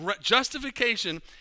justification